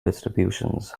distributions